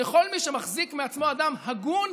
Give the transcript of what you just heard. לכל מי שמחזיק מעצמו אדם הגון,